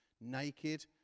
naked